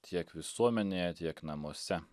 tiek visuomenėje tiek namuose